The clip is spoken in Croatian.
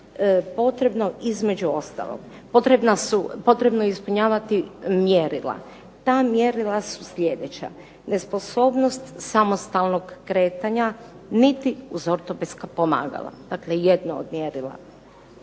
težine tog oštećenja potrebno je ispunjavati mjerila. Ta mjerila su sljedeća: nesposobnost samostalnog kretanja niti uz ortopedska pomagala, dakle jedno od mjerila,